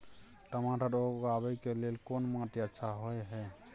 टमाटर उगाबै के लेल कोन माटी अच्छा होय है?